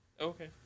Okay